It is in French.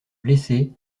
blessé